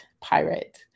pirate